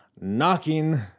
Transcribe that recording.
knocking